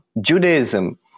Judaism